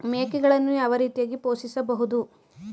ಮೇಕೆಗಳನ್ನು ಯಾವ ರೀತಿಯಾಗಿ ಪೋಷಿಸಬಹುದು?